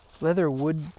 Leatherwood